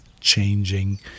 changing